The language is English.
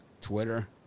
Twitter